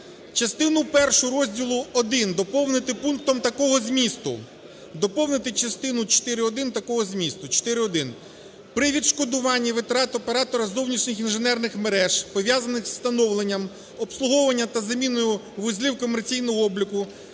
частину першу розділу І доповнити пунктом такого змісту: "доповнити частину 4.1 такого змісту: "4.1. При відшкодуванні витрат оператора зовнішніх інженерних мереж, пов'язаних із встановленням, обслуговуванням та заміною вузлів комерційного обліку,